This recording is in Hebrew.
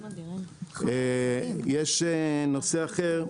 יש נושא אחר,